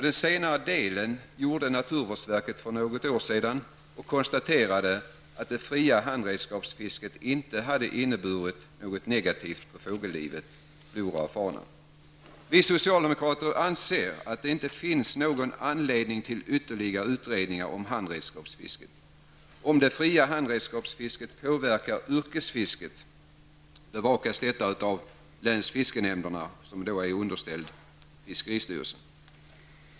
Det senare gjorde naturvårdsverket för något år sedan, varpå man konstaterade att det fria handredskapsfisket inte hade inneburit något negativt för fågelliv, flora och fauna. Vi socialdemokrater anser att det inte finns någon anledning till ytterligare utredningar om handredskapsfisket. Om det fria handredskapsfisket påverkar yrkesfisket bevakas detta av länsfiskenämnderna, som är underställda fiskeristyrelsen.